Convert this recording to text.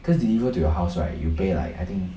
because deliver to your house right you pay like I think